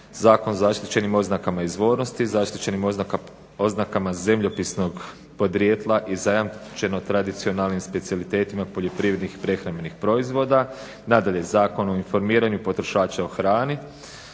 Zakon o zaštićenim oznakama izvornosti, zaštićenim oznakama zemljopisnog podrijetla i zajamčeno tradicionalnim specijalitetima poljoprivrednih i prehrambenih proizvoda. Nadalje, Zakon o informiranju potrošača o hrani,